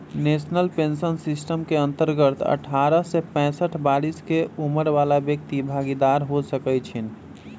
national pension system के अंतर्गत अठारह से पैंसठ बरिश के उमर बला व्यक्ति भागीदार हो सकइ छीन्ह